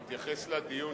בהתייחס לדיון